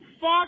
fuck